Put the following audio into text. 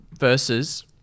Versus